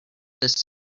this